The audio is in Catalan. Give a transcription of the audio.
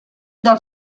del